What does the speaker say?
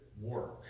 work